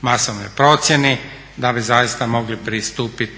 masovnoj procjeni da bi zaista mogli pristupit